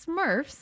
smurfs